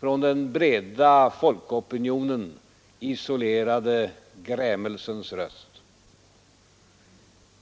från den breda folkopinionen isolerade grämelsens röst.